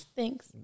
thanks